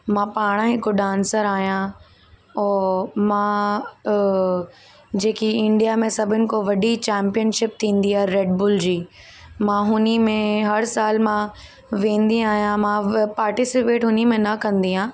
मां पाण हिकु डांसर आहियां और मां जेकी इंडिया में सभिनि खां वॾी चैंपियनशिप थींदी आहे रेड बुल जी मां हुन में हर साल मां वेंदी आहियां मां पार्टीसिपेट उन में न कंदी आहियां